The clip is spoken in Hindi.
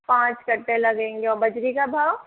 पाँच कट्टे लगेंगे और बजरी का भाव